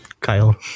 Kyle